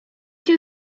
cię